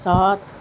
سات